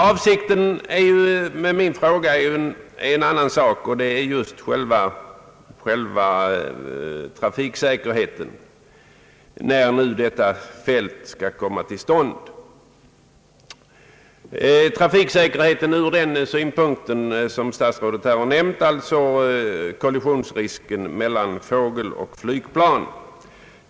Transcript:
Avsikten med min fråga var att få upplysningar om flygsäkerheten ur den synvinkel som statsrådet här har nämnt, alltså risken för kollisioner mellan fågel och flygplan, då detta flygfält nu skall komma till stånd.